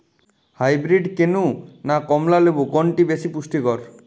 Hybrid কেনু না কমলা লেবু কোনটি বেশি পুষ্টিকর?